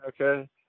Okay